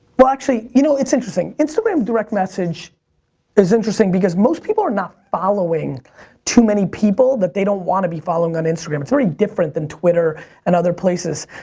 well actually, you know, it's interesting. instagram direct message is interesting, because most people are not following too many people that they don't wanna be following on instagram. it's very different than twitter and other places.